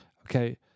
Okay